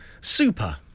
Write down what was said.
super